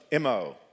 MO